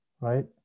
right